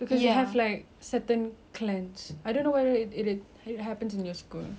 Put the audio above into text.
cause you have like certain clans I don't know whether it it it happens in your school